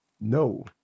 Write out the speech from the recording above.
No